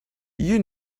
you